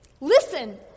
listen